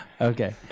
Okay